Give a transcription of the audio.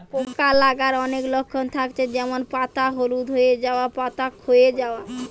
পোকা লাগার অনেক লক্ষণ থাকছে যেমন পাতা হলুদ হয়ে যায়া, পাতা খোয়ে যায়া